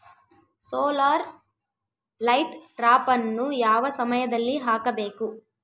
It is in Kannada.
ಸೋಲಾರ್ ಲೈಟ್ ಟ್ರಾಪನ್ನು ಯಾವ ಸಮಯದಲ್ಲಿ ಹಾಕಬೇಕು?